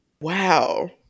Wow